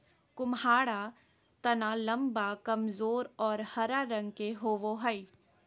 कुम्हाडा तना लम्बा, कमजोर और हरा रंग के होवो हइ